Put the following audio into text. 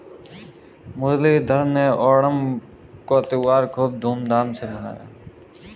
मुरलीधर ने ओणम का त्योहार खूब धूमधाम से मनाया